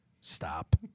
Stop